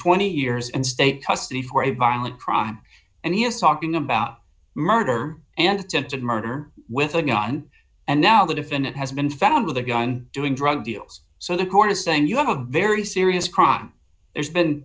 twenty years in state custody for a violent crime and he is talking about murder and attempted murder with a gun and now the defendant has been found with a gun doing drug deals so the court is saying you have a very serious crime there's been